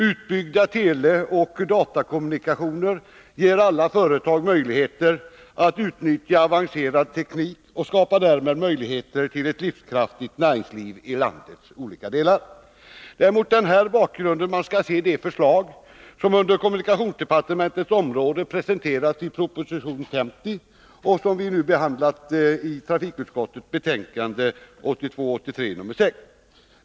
Utbyggda teleoch datakommunikationer ger alla företag möjligheter att utnyttja avancerad teknik och skapar därmed möjligheter för ett livskraftigt näringsliv i landets olika delar. Det är mot den bakgrunden som man skall se de förslag inom kommunikationsdepartementets område som presenterats i proposition 50 och som nu behandlas i trafikutskottets betänkande 1982/83:6.